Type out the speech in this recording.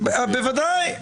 בוודאי.